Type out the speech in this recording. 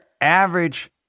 average